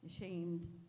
ashamed